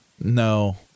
No